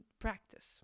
practice